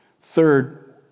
Third